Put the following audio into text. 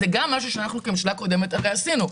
זה משהו שאנחנו כממשלה קודמת עשינו.